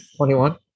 21